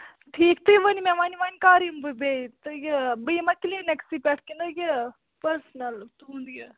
ٹھیٖک تُہۍ ؤنِو مےٚ وَنۍ وَنۍ کَر یِمہٕ بہٕ بیٚیہِ تُہۍ یہِ بہٕ یِما کِلِنِکسٕے پٮ۪ٹھ کِنہٕ یہِ پٔرسٕنَل تُہُنٛد یہِ